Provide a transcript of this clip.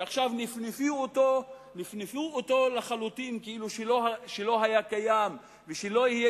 שעכשיו נפנפו אותו לחלוטין כאילו לא היה קיים ושלא יהיה